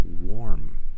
warm